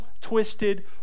twisted